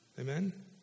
Amen